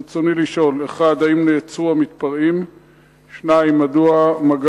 ברצוני לשאול: 1. האם נעצרו המתפרעים?